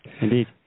Indeed